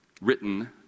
Written